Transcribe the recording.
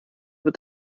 wird